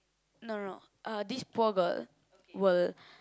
no no no uh this poor girl will